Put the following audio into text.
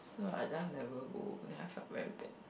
so I just never go then I felt very bad